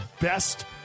best